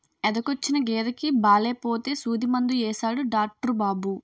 ఎదకొచ్చిన గేదెకి బాలేపోతే సూదిమందు యేసాడు డాట్రు బాబు